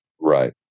Right